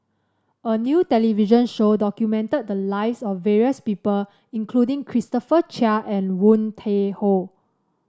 a new television show documented the lives of various people including Christopher Chia and Woon Tai Ho